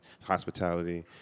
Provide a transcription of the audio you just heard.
Hospitality